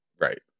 Right